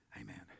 Amen